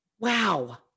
Wow